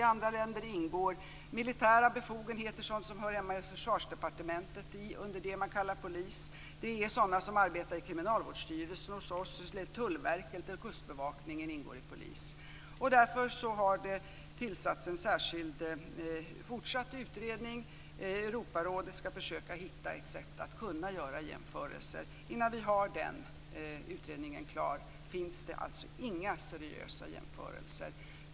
I andra länder ingår militära befogenheter och sådant som hör hemma i Försvarsdepartementet under vad som kallas för polis. Sådana som hos oss arbetar inom Kriminalvårdsstyrelsen, Tullverket och Kustbevakningen ingår även under polis. Därför har det tillsatts en särskild fortsatt utredning. Europarådet skall försöka hitta ett sätt att göra jämförelser. Innan den utredningen är klar finns det alltså inga seriösa jämförelser.